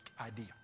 idea